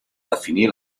definir